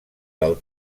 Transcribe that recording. del